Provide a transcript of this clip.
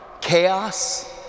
chaos